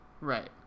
Right